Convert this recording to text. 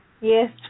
Yes